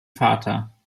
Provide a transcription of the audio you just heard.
vater